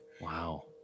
Wow